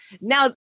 Now